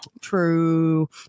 True